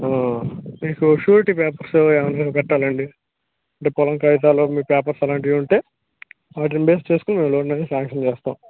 ఇప్పుడు surety papers ఏమన్నాపెట్టాలండీ అంటే పొలం కాగితాలు మీ పేపర్స్ అలాంటివి ఉంటే వాటిని బేస్ చేసుకుని లోన్ అనేది శాంక్షన్ చేస్తాం